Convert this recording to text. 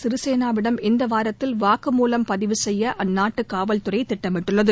சிறிசேனாவிடம் இந்த வாரத்தில் வாக்கு மூலம் பதிவு செய்ய அந்நாட்டு காவல்துறை திட்டமிட்டுள்ளது